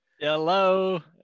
hello